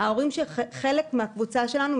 כחלק מהקבוצה שלנו,